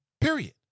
Period